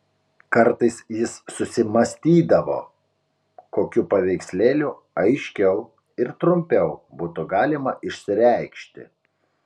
kartais jis susimąstydavo kokiu paveikslėliu aiškiau ir trumpiau būtų galima išsireikšti